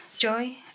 joy